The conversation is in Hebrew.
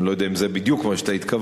אני לא יודע אם זה בדיוק מה שאתה התכוונת,